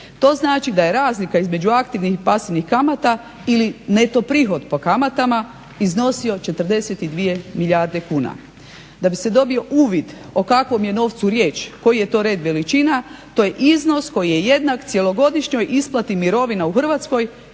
To znači da je razlika između aktivnih i pasivnih kamata ili neto prihod po kamatama iznosio 42 milijarde kuna. Da bi se dobio uvid o kakvom je novcu riječ, koji je to red veličina to je iznos koji je jednak cjelogodišnjoj isplati mirovina u Hrvatskoj